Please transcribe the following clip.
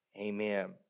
Amen